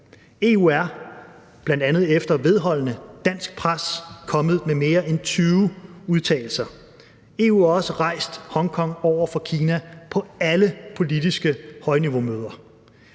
EU er bl.a. efter vedholdende dansk pres kommet med mere end 20 udtalelser. EU har også rejst Hongkong over for Kina på alle politiske højniveaumøder.